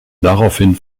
daraufhin